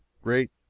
great